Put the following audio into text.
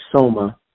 Soma